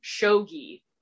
shogi